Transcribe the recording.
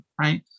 right